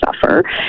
suffer